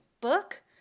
book